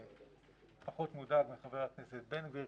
אני פחות מודאג מחבר הכנסת בן גביר,